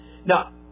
Now